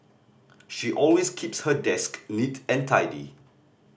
she always keeps her desk neat and tidy